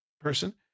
person